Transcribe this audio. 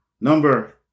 number